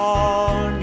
on